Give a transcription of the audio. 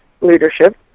leadership